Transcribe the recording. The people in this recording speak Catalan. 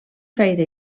gaire